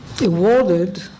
awarded